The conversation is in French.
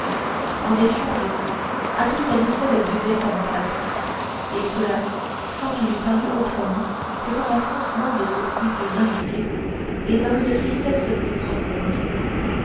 en échange athos à lui seul buvait comme quatre et cela sans qu'il y parût autrement que par un froncement de sourcil plus indiqué et par une tristesse plus profonde